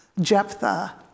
Jephthah